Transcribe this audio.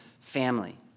family